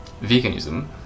veganism